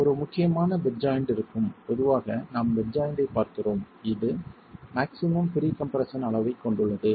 ஒரு முக்கியமான bed joint இருக்கும் பொதுவாக நாம் பெட் ஜாய்ன்ட் ஐப் பார்க்கிறோம் இது மாக்ஸிமம் ப்ரீ கம்ப்ரெஸ்ஸன் அளவைக் கொண்டுள்ளது